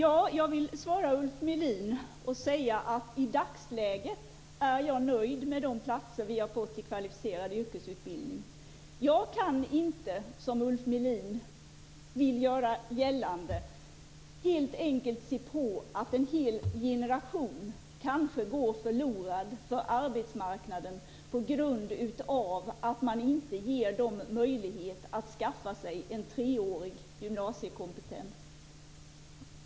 Herr talman! I dagsläget är jag nöjd med de platser som vi har fått till Kvalificerad yrkesutbildning. Jag kan inte, som Ulf Melin vill göra gällande, se på att en hel generation kanske går förlorad för arbetsmarknaden på grund av att det inte ges möjlighet att skaffa sig en treårig gymnasiekompetens.